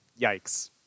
Yikes